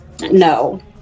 no